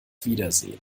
wiedersehen